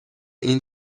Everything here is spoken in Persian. این